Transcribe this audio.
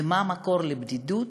ומה המקור לבדידות?